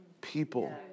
people